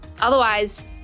Otherwise